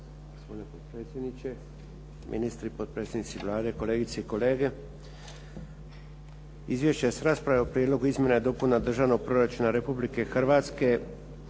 Hvala.